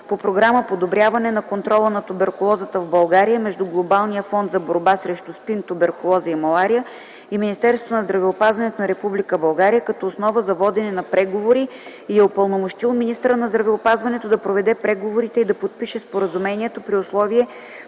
по Програма „Подобряване на контрола на туберкулозата в България” между Глобалния фонд за борба срещу СПИН, туберкулоза и малария и Министерството на здравеопазването на Република България като основа за водене на преговори и е упълномощил министъра на здравеопазването да проведе преговорите и да подпише споразумението при условие